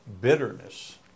bitterness